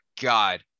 God